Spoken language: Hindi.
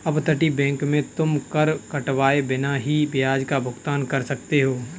अपतटीय बैंक में तुम कर कटवाए बिना ही ब्याज का भुगतान कर सकते हो